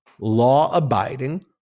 law-abiding